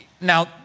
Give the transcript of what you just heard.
now